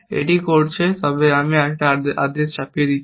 এটি করছে তবে এটি এমন একটি আদেশও চাপিয়ে দিচ্ছে